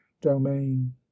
domain